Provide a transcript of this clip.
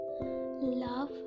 love